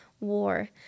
war